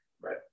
Right